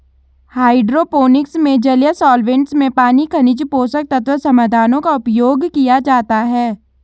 hydroponics में जलीय solvents में पानी खनिज पोषक तत्व समाधानों का उपयोग किया जाता है